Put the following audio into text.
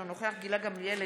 אינו נוכח גילה גמליאל,